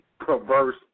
perverse